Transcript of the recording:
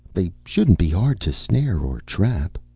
they shouldn't be hard to snare or trap.